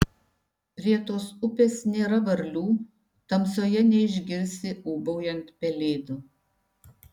prie tos upės nėra varlių tamsoje neišgirsi ūbaujant pelėdų